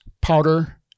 powder